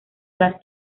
las